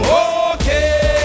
okay